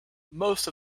most